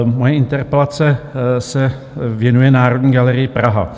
Moje interpelace se věnuje Národní galerii Praha.